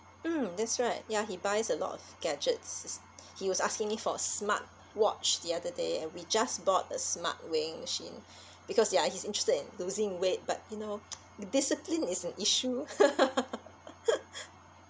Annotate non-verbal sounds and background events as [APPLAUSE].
mm that's right ya he buys a lot of gadgets he's he was asking me for a smartwatch the other day and we just bought a smart weighing machine because ya he's interested in losing weight but you know discipline is an issue [LAUGHS]